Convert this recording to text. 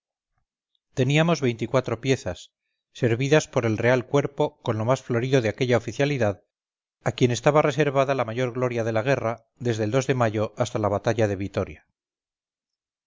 teníamos veinticuatro piezas servidas por el real cuerpo con lo más florido de aquella oficialidad a quien estaba reservada la mayor gloria de la guerra desde el de mayo hasta la batalla de vitoria